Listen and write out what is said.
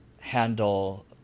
handle